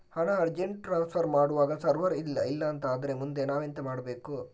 ಹಣ urgent transfer ಮಾಡ್ವಾಗ server ಇಲ್ಲಾಂತ ಆದ್ರೆ ಮುಂದೆ ನಾವೆಂತ ಮಾಡ್ಬೇಕು?